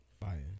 Fire